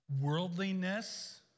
Worldliness